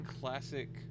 classic